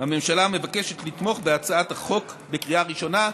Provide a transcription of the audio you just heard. הממשלה מבקשת לתמוך בהצעת החוק בקריאה ראשונה.